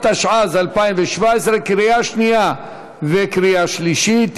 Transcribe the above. התשע"ז 2017, לקריאה שנייה וקריאה שלישית.